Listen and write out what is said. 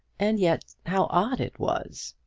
and yet, how odd it was!